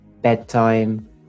bedtime